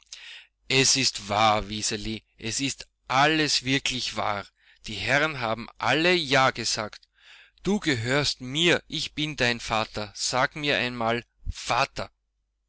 es ist wahr wiseli es ist alles wirklich wahr die herren haben alle ja gesagt du gehörst mir ich bin dein vater sag mir einmal vater